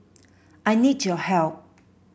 I need your help